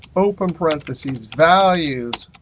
open parentheses, values,